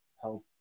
help